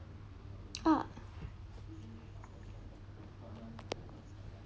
ah